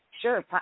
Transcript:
Sure